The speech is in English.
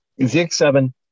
ZX7